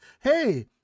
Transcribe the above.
hey